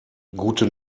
gute